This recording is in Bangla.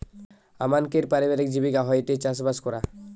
আমানকের পারিবারিক জীবিকা হয়ঠে চাষবাস করা